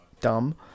dumb